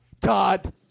Todd